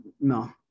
No